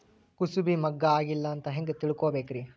ಕೂಸಬಿ ಮುಗ್ಗ ಆಗಿಲ್ಲಾ ಅಂತ ಹೆಂಗ್ ತಿಳಕೋಬೇಕ್ರಿ?